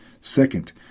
Second